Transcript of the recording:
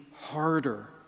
harder